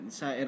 sa